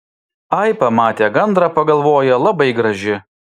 ai pamate gandrą pagalvoja labai graži